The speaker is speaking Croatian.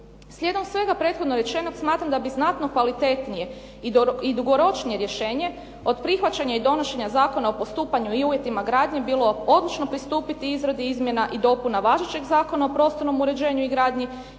Slijedom svega prethodno rečenog, smatram da bi znatno kvalitetnije i dugoročnije rješenje od prihvaćanja i donošenja Zakona o postupanju i uvjetima gradnji bilo odlično pristupiti izradi izmjena i dopuna važećeg Zakona o prostornom uređenju i gradnji